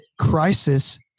crisis